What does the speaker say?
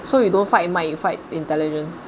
so you don't fight with might you fight with intelligence